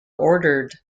ordered